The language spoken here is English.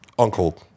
Uncle